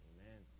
Amen